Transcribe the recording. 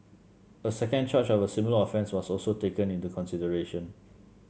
a second charge of a similar offence was also taken into consideration